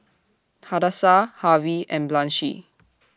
Hadassah Harvey and Blanchie